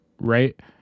right